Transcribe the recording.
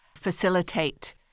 facilitate